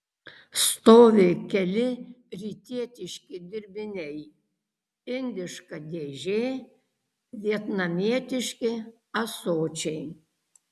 stovi keli rytietiški dirbiniai indiška dėžė vietnamietiški ąsočiai